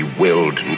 willed